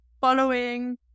following